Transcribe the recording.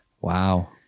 Wow